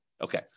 Okay